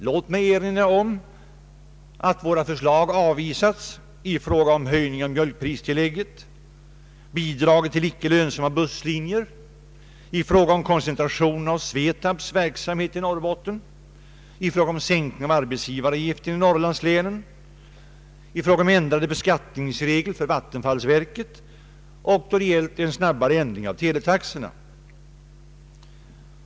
Låt mig erinra om att våra förslag avvisats i fråga om höjning av mjölkpristillägget, bidrag till icke lönsamma busslinjer, i fråga om koncentration av SVETAB:s verksamhet i Norrbotten, i fråga om sänkning av arbetsgivaravgiften i Norrlandslänen, i fråga om ändrade beskattningsregler för vattenfallsverket och då det gäller en snabbare ändring av teletaxorna.